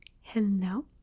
hello